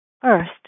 First